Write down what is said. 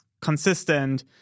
consistent